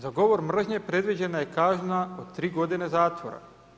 Za govor mržnje predviđena je kazna od tri godine zatvora.